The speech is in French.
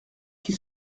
qui